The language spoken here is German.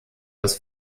das